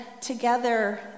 together